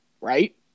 Right